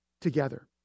together